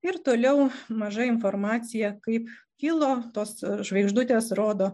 ir toliau maža informacija kaip kilo tos žvaigždutės rodo